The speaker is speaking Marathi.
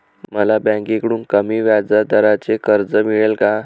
मला बँकेकडून कमी व्याजदराचे कर्ज मिळेल का?